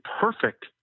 perfect